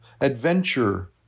adventure